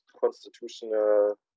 constitutional